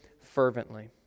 fervently